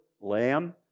lamb